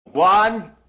One